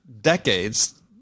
decades